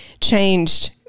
changed